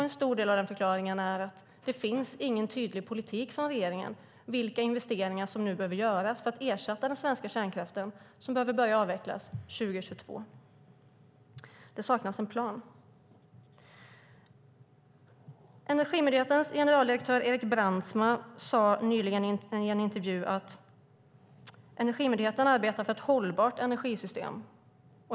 En stor del av förklaringen är att det inte finns någon tydlig politik från regeringen för vilka investeringar som nu behöver göras för att ersätta den svenska kärnkraften, som behöver börja avvecklas 2022. Det saknas en plan. Energimyndighetens generaldirektör Erik Brandsma sade nyligen i en intervju att Energimyndigheten arbetar för ett hållbart energisystem.